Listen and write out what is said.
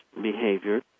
behavior